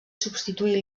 substituir